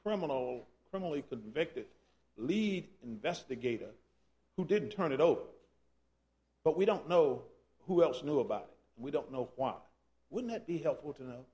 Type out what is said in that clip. criminal criminally convicted lead investigator who did turn adult but we don't know who else knew about it we don't know why wouldn't it be helpful to know